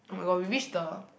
we reach the